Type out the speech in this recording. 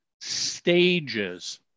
stages